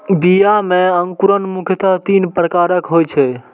बीया मे अंकुरण मुख्यतः तीन प्रकारक होइ छै